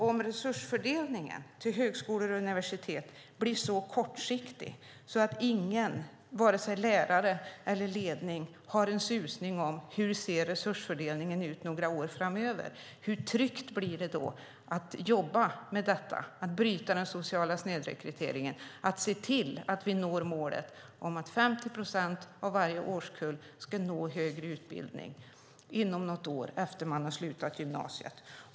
Om resursfördelningen till högskolor och universitet blir så kortsiktig att ingen, vare sig lärare eller ledning, har en susning om hur den kommer att se ut några år framöver, hur tryggt blir det då att jobba med att bryta den sociala snedrekryteringen och att se till att vi når målet om att 50 procent av varje årskull ska nå högre utbildning inom något år efter gymnasiet?